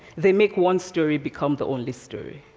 they make one story become the only story.